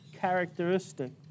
characteristic